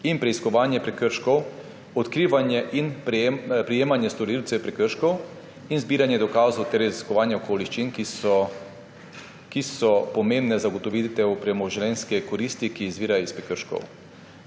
in preiskovanje prekrškov, odkrivanje in prejemanje storilcev prekrškov in zbiranje dokazov ter raziskovanje okoliščin, ki so pomembne za ugotovitev premoženjske koristi, ki izvira iz prekrškov.